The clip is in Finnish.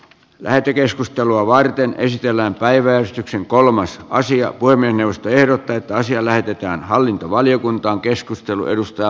lähetekeskustelua varten esitellään päiväys ja kolmas naisia puhemiesneuvosto ehdottaa että asia lähetetään hallintovaliokuntaan